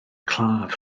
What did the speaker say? claf